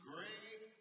Great